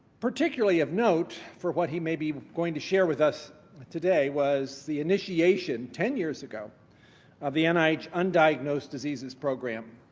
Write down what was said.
particularly of note the for what he may be going to share with us today was the initiation ten years ago of the nih undiagnosed diseases program,